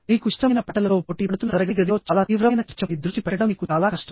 మీకు ఇష్టమైన పాటలతో పోటీ పడుతున్న తరగతి గదిలో చాలా తీవ్రమైన చర్చపై దృష్టి పెట్టడం మీకు చాలా కష్టం